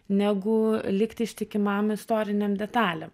negu likti ištikimam istorinėm detalėm